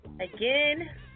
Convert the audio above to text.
again